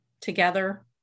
together